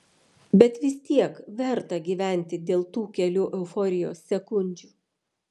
bet vis tiek verta gyventi dėl tų kelių euforijos sekundžių